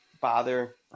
bother